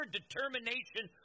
determination